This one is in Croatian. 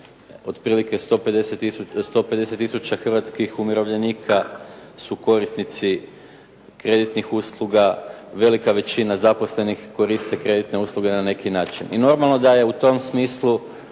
otprilike 150 tisuća hrvatskih umirovljenika su korisnici kreditnih usluga, velika većina zaposlenih koristi kreditne usluge na neki način.